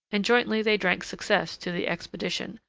and jointly they drank success to the expedition,